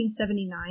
1979